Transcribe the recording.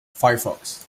firefox